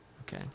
Okay